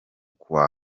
kuwa